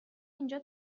اینجا